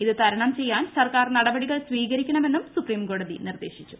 ഇത് തർണം ചെയ്യാൻ സർക്കാർ നടപടികൾ സ്വീകരിക്കണമെന്നും സുപ്രീം കോടതി നിർദ്ദേശിച്ചു